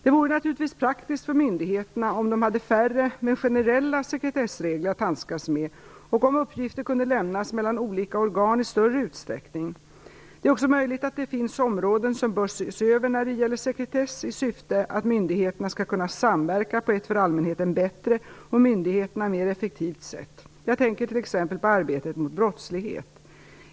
Det vore naturligtvis praktiskt för myndigheterna om de hade färre, mer generella, sekretssregler att handskas med och om uppgifter kunde lämnas mellan olika organ i större utsträckning. Det är också möjligt att det finns områden som bör ses över när det gäller sekretess i syfte att myndigheterna skall kunna samverka på ett för allmänheten bättre och myndigheterna mer effektivt sätt. Jag tänker t.ex. på arbetet mot brottslighet.